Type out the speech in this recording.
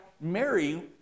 Mary